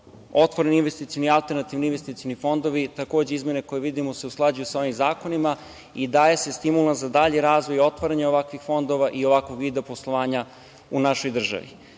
otvoreni investicioni, alternativni investicioni fondovi, takođe izmene koje vidimo se usklađuju sa ovim zakonima i daje se stimulans za dalji razvoj i otvaranje ovakvih fondova i ovakvog vida poslovanja u našoj